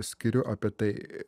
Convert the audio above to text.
skiriu apie tai